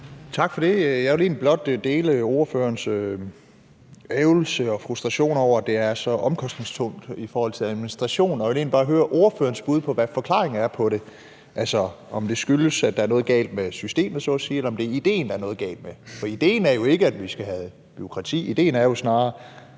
Tak for det. Jeg vil egentlig blot dele ordførerens ærgrelse og frustration over, at det er så omkostningstungt i forhold til administration, og jeg vil bare høre ordførerens bud på, hvad forklaringen på det er – altså, om det skyldes, at der er noget galt med systemet, så at sige, eller om det er idéen, der er noget galt med. For idéen er jo ikke, at vi skal have bureaukrati.